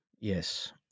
Yes